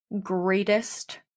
greatest